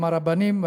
גם הרבנים,